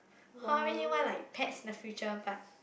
[wah] I really want like pets in the future but